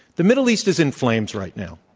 the middle east is in flames right now.